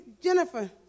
Jennifer